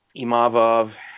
Imavov